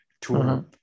tour